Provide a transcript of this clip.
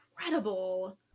incredible